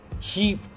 keep